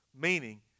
Meaning